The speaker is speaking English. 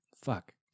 fuck